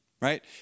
right